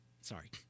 Sorry